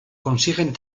consiguen